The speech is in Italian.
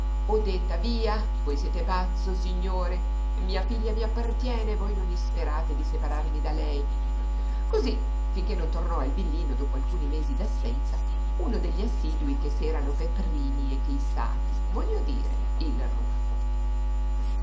voi odetta via voi siete pazzo signore mia figlia mi appartiene e voi non isperate di separarmi da lei cosí finché non tornò al villino dopo alcuni mesi d'assenza uno degli assidui che si erano pe primi eclissati voglio dire il ruffo